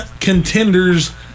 contenders